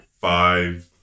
five